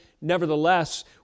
nevertheless